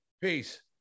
peace